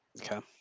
Okay